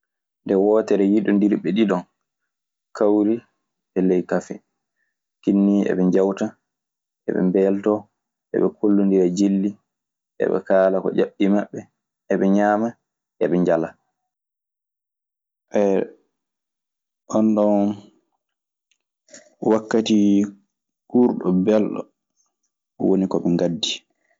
Nde wootere, yiɗondirɓe ɗiɗo kawri e ley kafe. Kinni eɓe njawta. Eɓe mbeeltoo. Eɓe kollondira jilli. Eɓe kaala ko ƴaɓɓi maɓɓe. E ɓe ñaama. Eɓe njala.